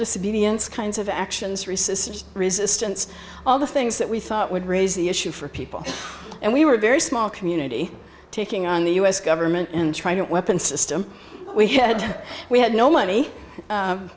disobedience kinds of actions reese's resistance all the things that we thought would raise the issue for people and we were a very small community taking on the u s government and trying to a weapon system we had we had no money